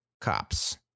cops